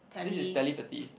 this is telepathy